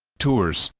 tours